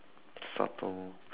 subtle